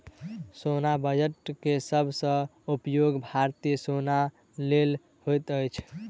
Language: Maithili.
सेना बजट के सब सॅ उपयोग भारतीय सेना लेल होइत अछि